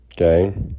Okay